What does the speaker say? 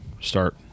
start